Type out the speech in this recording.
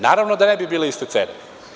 Naravno da ne bi bile iste cene.